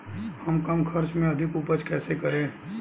हम कम खर्च में अधिक उपज कैसे करें?